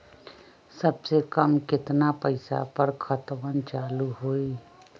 सबसे कम केतना पईसा पर खतवन चालु होई?